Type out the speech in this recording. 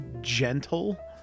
gentle